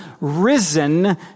risen